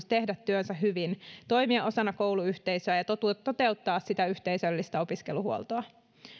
tehdä työnsä hyvin toimia osana kouluyhteisöä ja toteuttaa sitä yhteisöllistä opiskeluhuoltoa